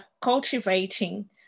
cultivating